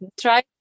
try